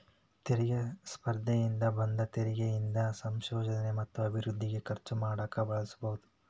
ತೆರಿಗೆ ಸ್ಪರ್ಧೆಯಿಂದ ಬಂದ ತೆರಿಗಿ ಇಂದ ಸಂಶೋಧನೆ ಮತ್ತ ಅಭಿವೃದ್ಧಿಗೆ ಖರ್ಚು ಮಾಡಕ ಬಳಸಬೋದ್